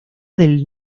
del